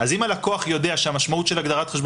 אם הלקוח יודע שהמשמעות של הגדרת חשבון